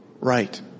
right